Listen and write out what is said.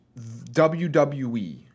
WWE